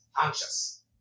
Anxious